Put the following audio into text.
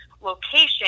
location